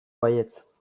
baietz